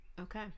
Okay